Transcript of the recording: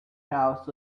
house